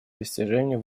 достижение